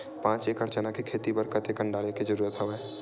पांच एकड़ चना के खेती बर कते कन डाले के जरूरत हवय?